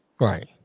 Right